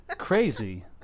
crazy